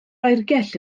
oergell